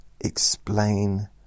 Explain